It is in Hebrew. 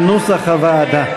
סעיף 33, כהצעת הוועדה,